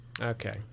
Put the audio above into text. Okay